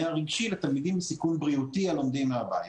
הרגשי לתלמידים עם סיכון בריאותי הלומדים מהבית.